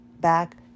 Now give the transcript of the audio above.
back